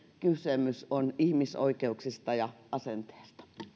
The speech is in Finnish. kysymys on myös ihmisoikeuksista ja asenteesta